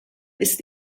ist